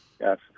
Yes